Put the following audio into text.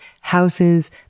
houses